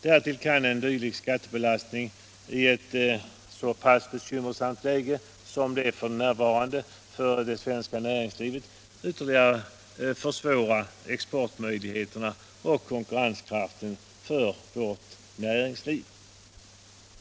Därtill kan en dylik skattebelastning i ett så bekymmersamt läge som det nuvarande ytterligare minska det svenska näringslivets exportmöjligheter och konkurrenskraft.